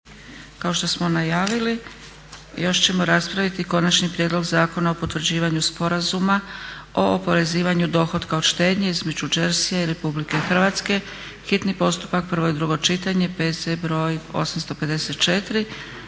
kao što smo najavili još ćemo raspraviti: - Konačni prijedlog Zakona o potvrđivanju sporazuma o oporezivanju dohotka od štednje između Jersya i RH, hitni postupak, prvo i drugo čitanje, P.Z.BR.854.